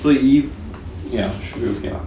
so if ya should be okay lah